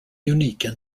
unique